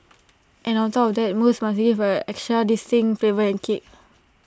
and on top of that both must get an extra distinct flavour and kick